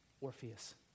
orpheus